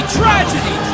tragedy